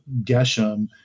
Geshem